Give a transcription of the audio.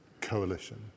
coalition